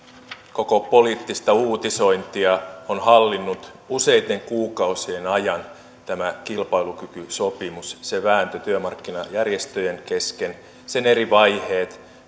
koko poliittista uutisointia on hallinnut useitten kuukausien ajan tämä kilpailukykysopimus se vääntö työmarkkinajärjestöjen kesken sen eri vaiheet